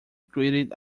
greedy